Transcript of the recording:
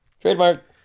Trademark